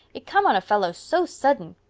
it come on a fellow so sudden.